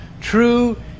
true